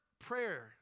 prayer